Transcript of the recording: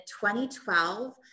2012